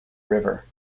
river